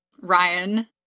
Ryan